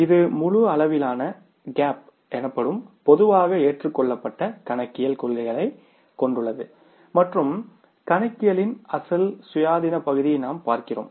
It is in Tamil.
இது முழு அளவிலான GAAPகேப் பொதுவாக ஏற்றுக்கொள்ளப்பட்ட கணக்கியல் கொள்கைகளைக் கொண்டுள்ளது மற்றும் கணக்கியலின் அசல் சுயாதீன பகுதியை நாம் பார்க்கிறோம்